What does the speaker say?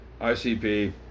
ICP